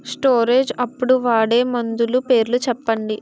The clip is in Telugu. స్టోరేజ్ అప్పుడు వాడే మందులు పేర్లు చెప్పండీ?